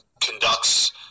conducts